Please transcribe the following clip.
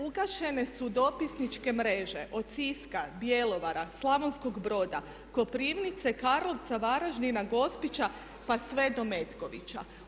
Ugašene su dopisničke mreže od Siska, Bjelovara, Slavonskog Broda, Koprivnice, Karlovca, Varaždina, Gospića pa sve do Metkovića.